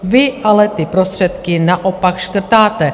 Vy ale ty prostředky naopak škrtáte.